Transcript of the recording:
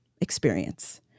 experience